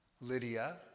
Lydia